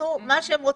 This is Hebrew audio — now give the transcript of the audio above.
עשו מה שהם רוצים,